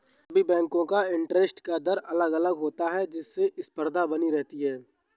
सभी बेंको का इंटरेस्ट का दर अलग अलग होता है जिससे स्पर्धा बनी रहती है